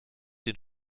den